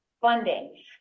funding